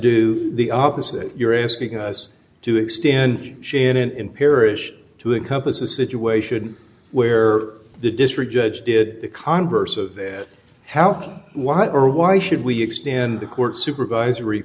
do the opposite you're asking us to extend shannon in parish to encompass a situation where the district judge did the converse of that how can why or why should we extend the court's supervisory